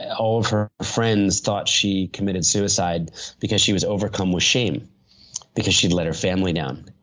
all of her friends thought she committed suicide because she was overcome with shame because she'd let her family down.